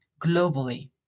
globally